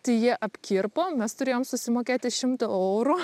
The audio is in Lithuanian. tai jie apkirpo mes turėjom susimokėti šimtą eurų